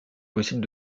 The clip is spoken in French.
possible